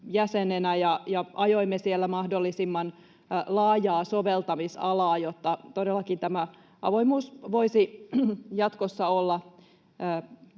ja ajoimme siellä mahdollisimman laajaa soveltamisalaa, jotta todellakin tämä avoimuus voisi jatkossa olla